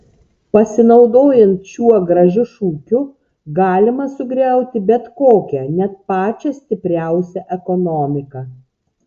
pasinaudojant šiuo gražiu šūkiu galima sugriauti bet kokią net pačią stipriausią ekonomiką